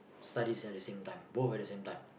studies at the same time both at the same time